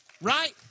Right